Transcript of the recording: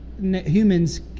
humans